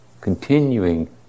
Continuing